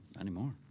anymore